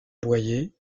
boyer